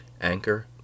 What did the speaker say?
Anchor